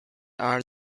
are